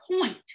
point